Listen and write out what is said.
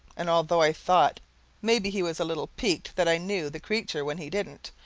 and although i thought maybe he was a little piqued that i knew the creature when he didn't,